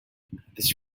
this